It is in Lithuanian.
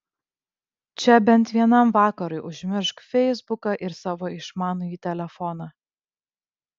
čia bent vienam vakarui užmiršk feisbuką ir savo išmanųjį telefoną